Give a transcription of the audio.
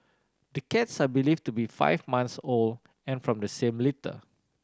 the cats are believed to be five months old and from the same litter